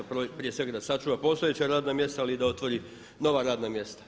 Prije svega da sačuva postojeća radna mjesta, ali da otvori i nova radna mjesta.